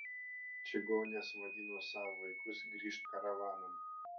čigonės vadino savo vaikus grįžt karavanan